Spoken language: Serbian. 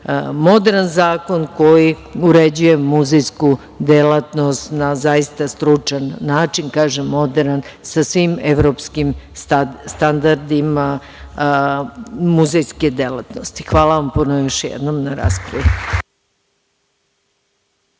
moderan zakon koji uređuje muzejsku delatnost na zaista stručan način. Kažem, moderan sa svim evropskim standardima muzejske delatnosti. Hvala puno još jednom na raspravi.